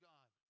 God